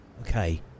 okay